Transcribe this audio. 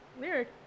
lyric